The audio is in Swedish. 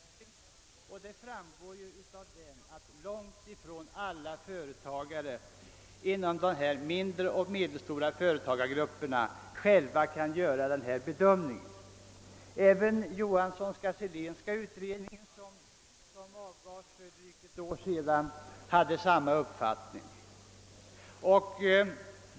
Det framgår av den att långt ifrån alla företagare inom de mindre och medelstora företagsgrupperna själva kan göra ifrågavarande bedömning. Även den Johanssonska-Sillénska utredningen som var klar för drygt ett år sedan hade samma uppfattning.